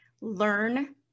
learn